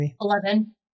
Eleven